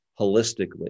holistically